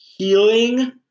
healing